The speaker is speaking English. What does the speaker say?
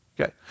Okay